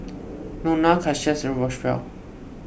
Nona Cassius and Roswell